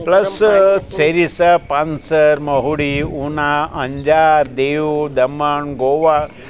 plus ચેરીસા પાનસર મહુડી ઉના અંજાર દીવ દમણ ગોવા